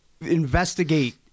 investigate